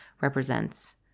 represents